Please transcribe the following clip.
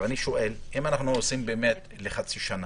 אני שואל: אם אנחנו עושים באמת לחצי שנה,